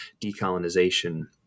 decolonization